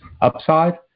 upside